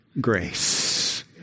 grace